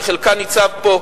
שחלקה נמצא פה,